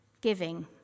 giving